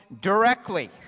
directly